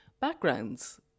backgrounds